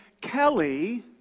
Kelly